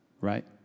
Right